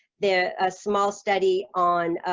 they're a small study on